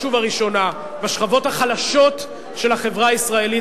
ובראשונה בשכבות החלשות של החברה הישראלית,